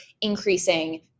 increasing